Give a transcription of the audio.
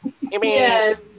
Yes